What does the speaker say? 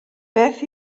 beth